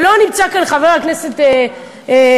לא נמצא פה חבר הכנסת ג'בארין,